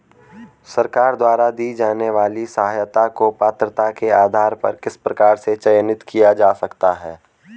सरकार द्वारा दी जाने वाली सहायता को पात्रता के आधार पर किस प्रकार से चयनित किया जा सकता है?